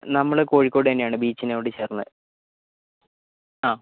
നമ്മൾ കോഴിക്കോട് തന്നെയാണ് ബീച്ചിനോട് ചേർന്ന് ആ